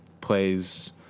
plays